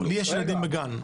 לי יש ילדים בגן.